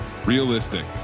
Realistic